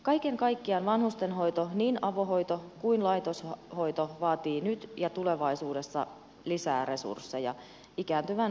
kaiken kaikkiaan vanhustenhoito niin avohoito kuin laitoshoitokin vaatii nyt ja tulevaisuudessa lisää resursseja ikääntyvän väestön lisääntyessä